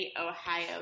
Ohio